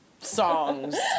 songs